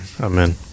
Amen